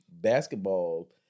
basketball